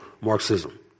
Marxism